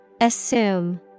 Assume